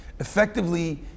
effectively